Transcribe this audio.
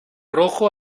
rojo